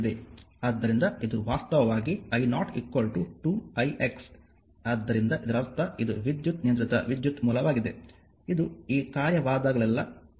ಆದ್ದರಿಂದ ಇದು ವಾಸ್ತವವಾಗಿ i0 2 i x ಆದ್ದರಿಂದ ಇದರರ್ಥ ಇದು ವಿದ್ಯುತ್ ನಿಯಂತ್ರಿತ ವಿದ್ಯುತ್ ಮೂಲವಾಗಿದೆ ಇದು ಈ ಕಾರ್ಯವಾದಾಗಲೆಲ್ಲಾ ಅದು ವಿದ್ಯುತ್ ix ನ ಕಾರ್ಯವಾಗಿದೆ